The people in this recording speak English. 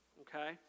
okay